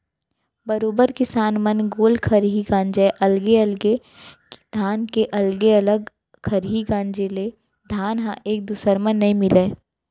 बरोबर किसान मन गोल खरही गांजय अलगे अलगे धान के अलगे अलग खरही गांजे ले धान ह एक दूसर म नइ मिलय